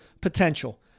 Potential